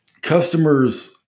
customers